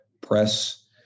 press